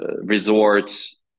resorts